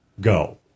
go